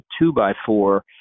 two-by-four